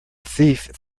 thief